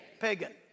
Pagan